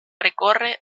recorre